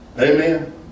Amen